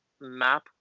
map